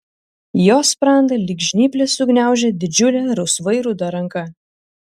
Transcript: jo sprandą lyg žnyplės sugniaužė didžiulė rausvai ruda ranka